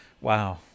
Wow